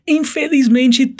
infelizmente